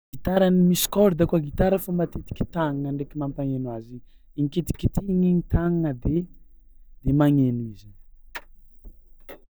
Gitara misy corde koa gitara fo matetiky tàgnana ndraiky mampagneno azy igny, inkitikitihiny igny tàgnana de de magneno izy zany.